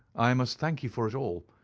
i must thank you for it all.